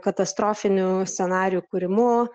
katastrofinių scenarijų kūrimu